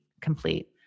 complete